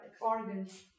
organs